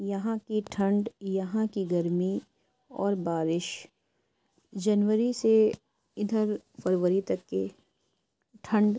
یہاں کی ٹھنڈ یہاں کی گرمی اور بارش جنوری سے ادھر فروری تک کے ٹھنڈ